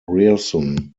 grierson